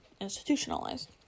institutionalized